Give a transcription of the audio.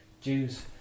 Jews